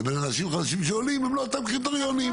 לבין אנשים שעולים הם לא אותם קריטריונים.